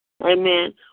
Amen